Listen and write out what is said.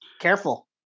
Careful